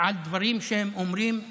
על דברים שהם אומרים כרבנים.